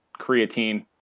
creatine